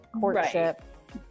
courtship